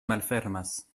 malfermas